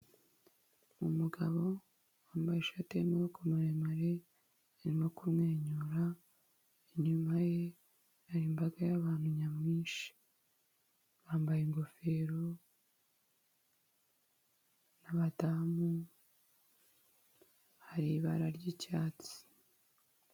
Umugabo wambaye ishati y'amaboko maremare, arimo kumwenyura. Inyuma ye hari imbaga y'abantu nyamwinshi. Bambaye ingofero n'abadamu, hari ibara ry'icyatsi.